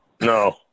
no